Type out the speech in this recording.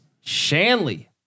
Shanley